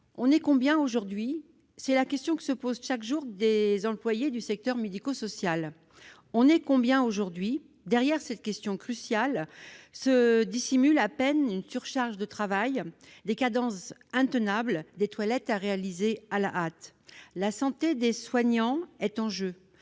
On est combien aujourd'hui ?»: c'est la question que se posent chaque jour des employés du secteur médico-social. Cette question cruciale dissimule à peine une surcharge de travail, des cadences intenables, des toilettes à réaliser à la hâte. La santé des soignants est en jeu